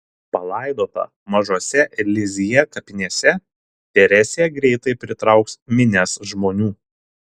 palaidota mažose lizjė kapinėse teresė greitai pritrauks minias žmonių